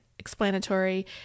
explanatory